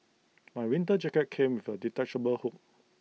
my winter jacket came with A detachable hood